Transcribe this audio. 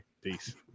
Peace